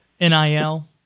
NIL